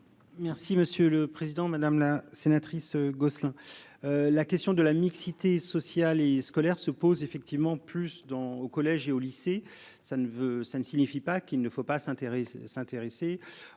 Merci monsieur le président, madame la sénatrice Gosselin. La question de la mixité sociale et scolaire se pose effectivement plus dans, au collège et au lycée. Ça ne veut, ça ne signifie pas qu'il ne faut pas s'intéressent